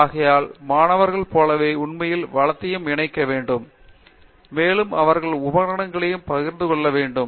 ஆகையால் மாணவர்களைப் போலவே உண்மையில் வளத்தையும் இணைக்க வேண்டும் மேலும் அவர்கள் உபகரணங்களையும் பகிர்ந்து கொள்ளலாம்